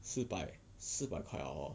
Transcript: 四百四百块 liao hor